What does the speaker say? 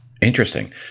Interesting